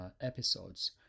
episodes